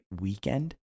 weekend